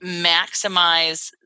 maximize